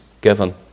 given